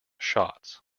shots